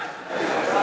זה,